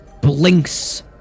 blinks